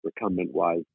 recumbent-wise